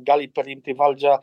gali perimti valdžią